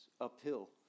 uphill